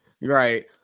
right